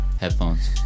headphones